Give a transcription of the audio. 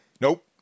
Nope